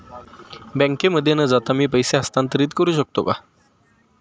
बँकेमध्ये न जाता मी पैसे हस्तांतरित करू शकतो का?